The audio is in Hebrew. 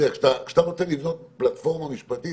כשאתה רוצה לבנות פלטפורמה משפטית,